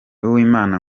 uwimana